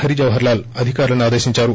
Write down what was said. హరి జవహర్ లాల్ అధికారులను ఆదేశించారు